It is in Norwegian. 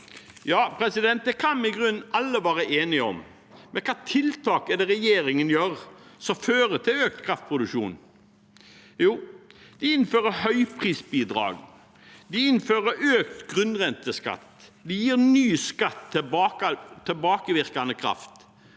av kraftnettet. Det kan vi jo i grunnen alle være enige om, men hvilke tiltak er det regjeringen setter inn som fører til økt kraftproduksjon? Jo, de innfører høyprisbidrag, de innfører økt grunnrenteskatt, og de gir ny skatt tilbakevirkende kraft.